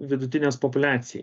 vidutinės populiacijai